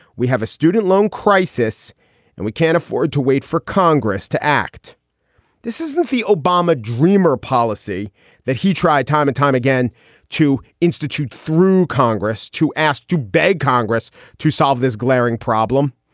we have a student loan crisis and we can't afford to wait for congress to act this isn't the obama dreamer policy that he tried time and time again to institute through congress, to act to beg congress to solve this glaring problem.